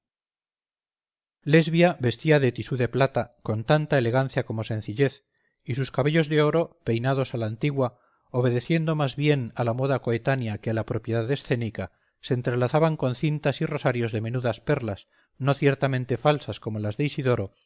lesbia vestía de tisú de plata con tanta elegancia como sencillez y sus cabellos de oro peinados a la antigua obedeciendo más bien a la moda coetánea que a la propiedad escénica se entrelazaban con cintas y rosarios de menudas perlas no ciertamente falsas como las de isidoro